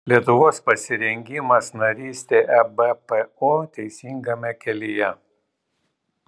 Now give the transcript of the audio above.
lietuvos pasirengimas narystei ebpo teisingame kelyje